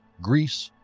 greece,